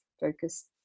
focus